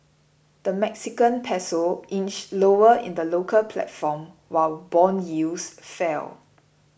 the Mexican Peso inched lower in the local platform while bond yields fell